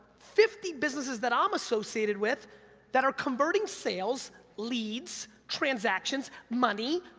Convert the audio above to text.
fifty businesses that i'm associated with that are converting sales, leads, transactions, money,